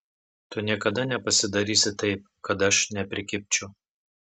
tu niekada nepasidarysi taip kad aš neprikibčiau